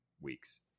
weeks